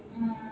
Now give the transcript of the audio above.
mm